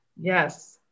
Yes